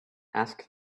ask